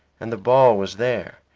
and the ball was there,